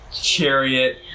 chariot